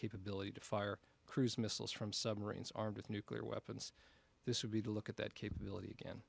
capability to fire cruise missiles from submarines armed with nuclear weapons this would be to look at that capability again